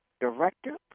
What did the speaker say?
director